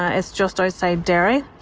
ah it's just outside derry.